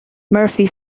murphy